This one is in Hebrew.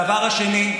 הדבר השני,